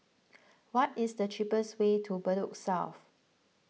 what is the cheapest way to Bedok South